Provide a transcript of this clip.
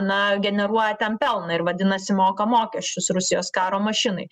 na generuoja ten pelną ir vadinasi moka mokesčius rusijos karo mašinai